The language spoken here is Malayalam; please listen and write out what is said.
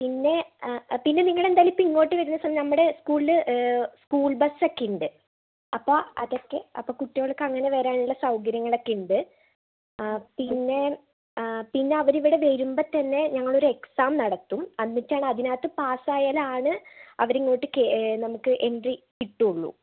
പിന്നെ നിങ്ങൾ എന്തായാലും ഇപ്പോൾ ഇങ്ങോട്ട് വരുന്ന ദിവസം നമ്മുടെ സ്കൂളിൽ സ്കൂൾ ബസ് ഒക്കെ ഉണ്ട് അപ്പോൾ അതൊക്കെ അപ്പോൾ കുട്ടികൾക്ക് അങ്ങനെ വരാൻ ഉള്ള സൗകര്യങ്ങൾ ഒക്കെയുണ്ട് പിന്നെ അവര് ഇവിടെ വരുമ്പോൾ തന്നെ ഞങ്ങൾ ഒരു എക്സാം നടത്തും എന്നിട്ടാണ് അതിനകത്ത് പാസ് ആയാൽ ആണ് അവരിങ്ങോട്ട് നമുക്ക് എൻട്രി കിട്ടുകയുള്ളു